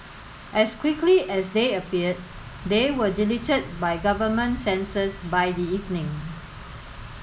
as quickly as they appeared they were deleted by government censors by the evening